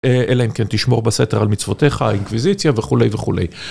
אלא אם כן תשמור בסתר על מצוותיך, האינקוויזיציה וכולי וכולי.